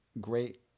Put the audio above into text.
great